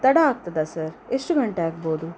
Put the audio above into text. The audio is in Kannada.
ತಡ ಆಗ್ತದಾ ಸರ್ ಎಷ್ಟು ಗಂಟೆ ಆಗ್ಬೋದು